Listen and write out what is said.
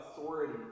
authority